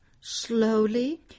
slowly